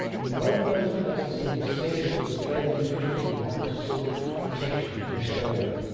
in both those places he had said to australian officials he wanted to seek protection in australia.